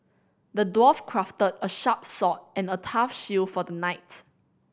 the dwarf crafted a sharp sword and a tough shield for the knight